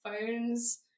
phones